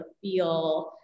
feel